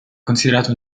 considerato